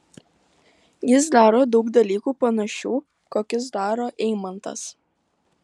jis daro daug dalykų panašių kokius daro eimantas